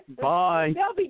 Bye